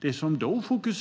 Det som mycket var i fokus